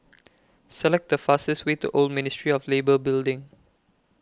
Select The fastest Way to Old Ministry of Labour Building